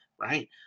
right